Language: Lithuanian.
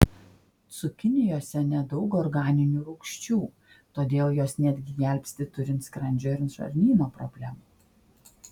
cukinijose nedaug organinių rūgčių todėl jos netgi gelbsti turint skrandžio ir žarnyno problemų